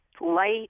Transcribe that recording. light